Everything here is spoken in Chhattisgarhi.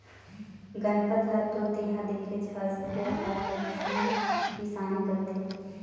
गनपत ल तो तेंहा देखेच हस ओ ह कइसना किसानी करथे